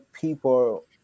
people